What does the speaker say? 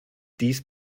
dies